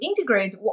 integrate